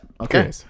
okay